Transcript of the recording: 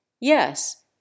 Yes